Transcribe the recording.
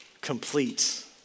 complete